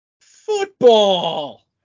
Football